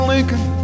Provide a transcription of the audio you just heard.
Lincoln